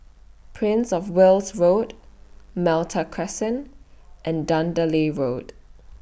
Prince of Wales Road Malta Crescent and Road